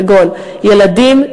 כגון ילדים,